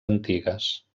antigues